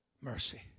Mercy